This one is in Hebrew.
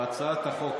בהצעת החוק,